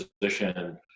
position